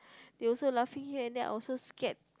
they also laughing here and there I also scared